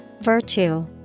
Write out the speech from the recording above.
Virtue